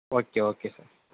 okay okay sir